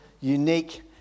unique